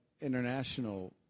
international